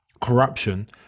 corruption